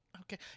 okay